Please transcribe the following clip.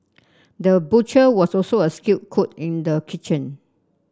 the butcher was also a skilled cook in the kitchen